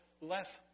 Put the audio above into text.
less